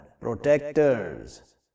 protectors